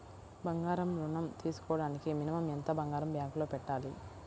బంగారం ఋణం తీసుకోవడానికి మినిమం ఎంత బంగారం బ్యాంకులో పెట్టాలి?